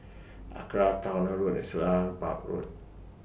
Acra Towner Road Selarang Park Road